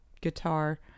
guitar